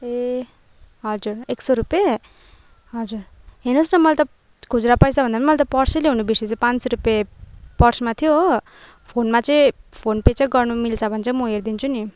ए हजुर एक सय रुपियाँ हजुर हेर्नुहोस् न मैले त खुजरा पैसा भन्दा पनि मैले त पर्स नै ल्याउनु बिर्सेछु पाँच सय रुपियाँ पर्समा थियो हो फोनमा चाहिँ फोन पे चाहिँ गर्नु मिल्छ भने चाहिँ म हेरिदिन्छु नि